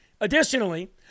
Additionally